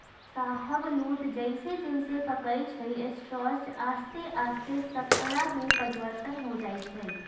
शाहबलूत जइसे जइसे पकइ छइ स्टार्च आश्ते आस्ते शर्करा में परिवर्तित हो जाइ छइ